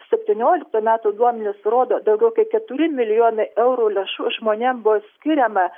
septynioliktų metų duomenys rodo daugiau kaip keturi milijonai eurų lėšų žmonėm buvo skiriama